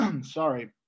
sorry